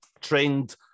trained